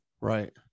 Right